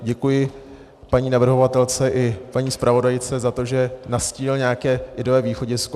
Děkuji paní navrhovatelce i paní zpravodajce za to, že nastínily nějaké ideové východisko.